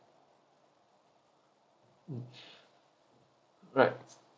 mm right